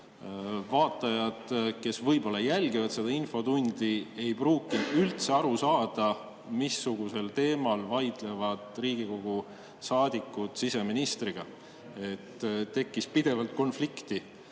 vaatajad, kes võib-olla jälgivad seda infotundi, ei pruukinud üldse aru saada, missugusel teemal vaidlevad Riigikogu saadikud siseministriga. Pidevalt tekkis konflikt.